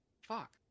Fuck